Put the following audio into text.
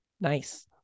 Nice